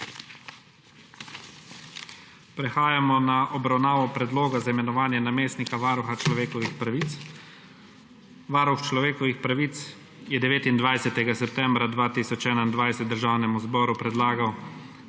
Prehajamo na obravnavo Predloga za imenovanje namestnika varuha človekovih pravic. Varuh človekovih pravic je 29. septembra 2021 Državnemu zboru predlagal,